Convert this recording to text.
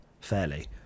fairly